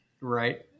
Right